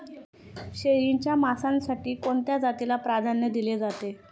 शेळीच्या मांसासाठी कोणत्या जातीला प्राधान्य दिले जाते?